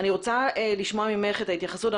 אני רוצה לשמוע ממך התייחסות.